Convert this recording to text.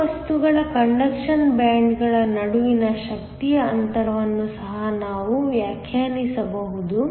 2 ವಸ್ತುಗಳ ಕಂಡಕ್ಷನ್ ಬ್ಯಾಂಡ್ಗಳ ನಡುವಿನ ಶಕ್ತಿಯ ಅಂತರವನ್ನು ಸಹ ನಾವು ವ್ಯಾಖ್ಯಾನಿಸಬಹುದು